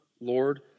Lord